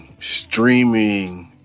streaming